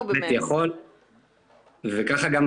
וככה גם,